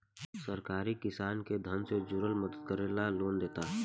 सरकार किसान के धन से जुरल मदद करे ला लोन देता